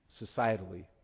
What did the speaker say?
societally